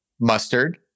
mustard